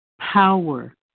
power